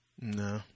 no